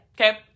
okay